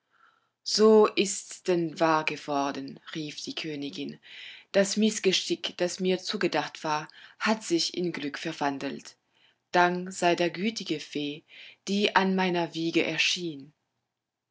so ist's denn wahr geworden rief die königin das mißgeschick das mir zugedacht war hat sich in glück verwandelt dank sei der gütigen fee die an meiner wiege erschien